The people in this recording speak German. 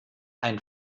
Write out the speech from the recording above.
ein